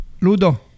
Ludo